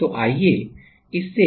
तो आइए इससे